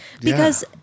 because-